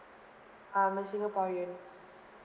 I'm a singaporean